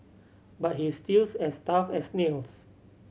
but he's stills as tough as nails